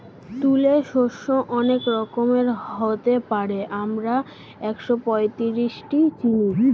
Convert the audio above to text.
তুলে শস্য অনেক রকমের হতে পারে, আমরা একশোপঁয়ত্রিশটি চিনি